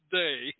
day